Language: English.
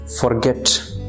forget